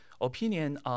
opinion